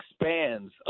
expands